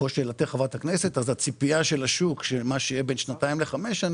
הלקוח ייהנה עם חידוש הריבית מתנאי הריבית.